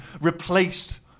replaced